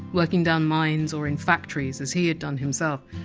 working down mines or in factories, as he had done himself.